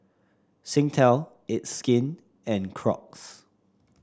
Singtel It's Skin and Crocs